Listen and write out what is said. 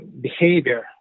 behavior